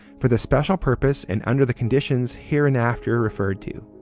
for the special purposes and under the conditions hereinafter referred to.